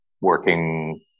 working